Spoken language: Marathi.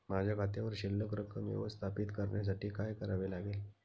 माझ्या खात्यावर शिल्लक रक्कम व्यवस्थापित करण्यासाठी काय करावे लागेल?